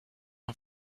and